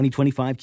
2025